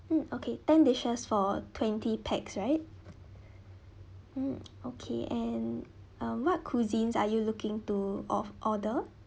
mm okay ten dishes for twenty pax right mm okay and uh what cuisines are you looking to of order